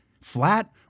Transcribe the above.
Flat